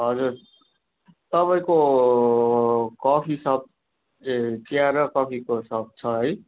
हजुर तपाईँको कफि सप ए चिया र कफिको सप छ है